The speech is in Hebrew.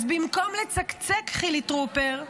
אז במקום לצקצק, חילי טרופר,